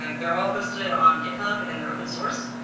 ah they're all hosted on github and they're open-source.